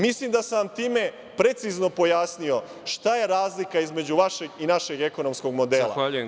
Mislim da sam vam time precizno pojasnio šta je razlika između vašeg i našeg ekonomskog modela.